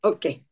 Okay